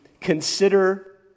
consider